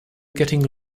getting